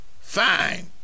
fine